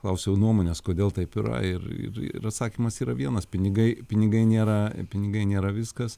klausiau nuomonės kodėl taip yra ir ir ir atsakymas yra vienas pinigai pinigai nėra pinigai nėra viskas